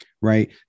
right